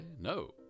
No